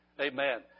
Amen